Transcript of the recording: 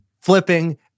flipping